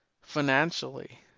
financially